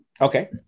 Okay